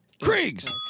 Kriegs